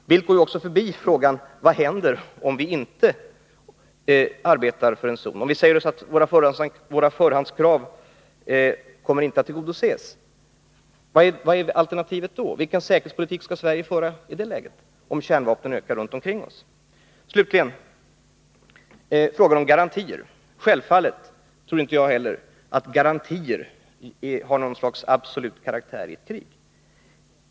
Carl Bildt går förbi frågan vad som händer om vi inte arbetar för en zon. Om förhandskraven inte kommer att tillgodoses, vilka är då våra alternativ? Slutligen frågan om garantier. Självfallet tror inte heller jag att garantier har något slags absolut karaktär i ett krig.